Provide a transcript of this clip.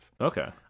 Okay